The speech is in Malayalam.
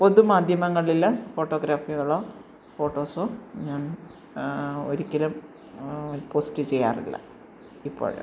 പൊതുമാധ്യമങ്ങളിൽ ഫോട്ടോഗ്രാഫികളോ ഫോട്ടോസോ ഞാൻ ഒരിക്കലും പോസ്റ്റ് ചെയ്യാറില്ല ഇപ്പോൾ